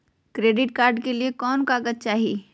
Credit card के लिए कौन कागज चाही?